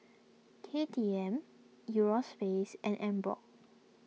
K T M Euro space and Emborg